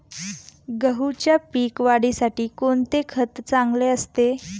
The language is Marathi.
गहूच्या पीक वाढीसाठी कोणते खत चांगले असते?